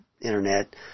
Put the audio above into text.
internet